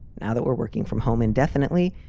now that we're working from home indefinitely,